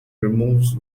removes